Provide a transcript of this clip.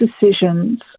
decisions